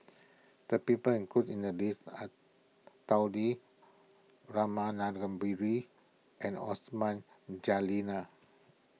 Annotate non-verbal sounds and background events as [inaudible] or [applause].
the people included in the list are Tao Li Rama Kannabiran and Osman [unintelligible]